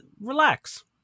relax